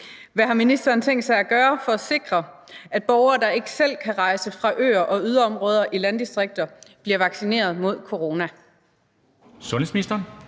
Hvad har ministeren tænkt sig at gøre for at sikre, at borgere, der ikke selv kan rejse fra øer og yderområder i landdistrikter, bliver vaccineret mod corona? Kl.